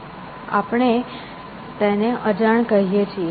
પર આપણે તેને અજાણ કહીએ છીએ